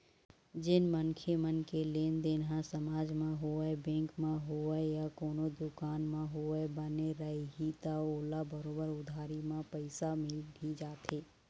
जेन मनखे मन के लेनदेन ह समाज म होवय, बेंक म होवय या कोनो दुकान म होवय, बने रइही त ओला बरोबर उधारी म पइसा मिल ही जाथे